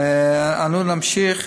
אנו נמשיך,